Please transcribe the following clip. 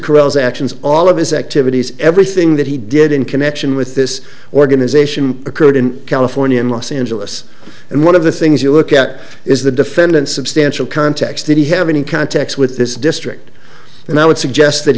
corrals actions all of his activities everything that he did in connection with this organization occurred in california in los angeles and one of the things you look at is the defendant substantial context did he have any contacts with this district and i would suggest that